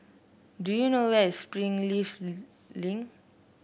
do you know where is Springleaf Link